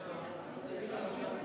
תמר, שאלה: איך את יכולה למנוע מצב,